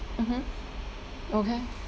mmhmm okay